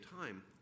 time